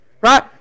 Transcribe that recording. Right